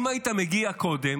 אם היית מגיע קודם,